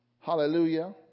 Hallelujah